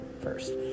first